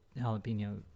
jalapeno